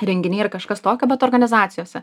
renginiai ar kažkas tokio bet organizacijose